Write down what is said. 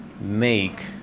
make